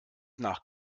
nach